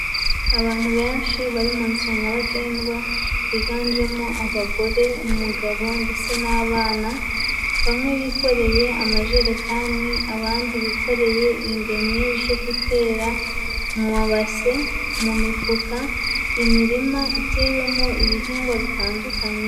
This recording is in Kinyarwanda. Abantu benshi bari mu nzira nyabagendwa higanjemo abagore, umugabo ndetse n'abana, bamwe bikoreye amajerekani abandi bikoreye ingemwe zo gutera mu mabase, mu mifuka, imirima itewemo ibihingwa bitandukanye.